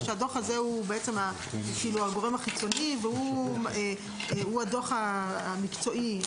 ובעצם הדוח הזה הוא הגורם החיצוני והוא הדוח המקצועי.